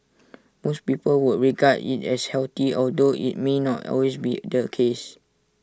most people would regard IT as healthy although IT may not always be the case